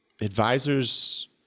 advisors